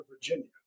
Virginia